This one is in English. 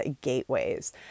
gateways